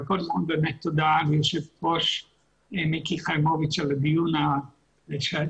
אבל קודם באמת תודה ליו"ר מיקי חיימוביץ' על הדיון השיטתי-קריטי,